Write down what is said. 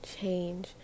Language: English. change